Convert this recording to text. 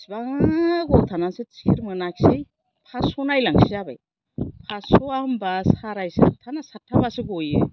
बिसिबां गोबाव थानानैसो टिकित मोनाखसै पास स नायलांसै जाबाय पास स आ होमबा साराय सारथा ना सारथाबासो ग'यो